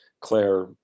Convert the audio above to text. Claire